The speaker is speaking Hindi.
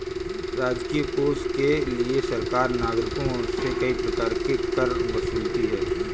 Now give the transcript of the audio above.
राजकीय कोष के लिए सरकार नागरिकों से कई प्रकार के कर वसूलती है